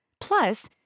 Plus